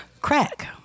crack